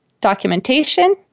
documentation